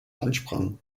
ansprangen